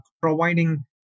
providing